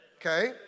Okay